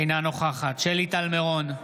אינה נוכחת שלי טל מירון,